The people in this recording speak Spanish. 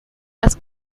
las